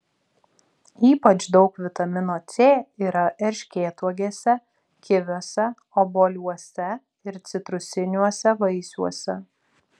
ypač daug vitamino c yra erškėtuogėse kiviuose obuoliuose ir citrusiniuose vaisiuose